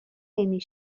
نمی